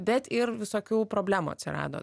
bet ir visokių problemų atsirado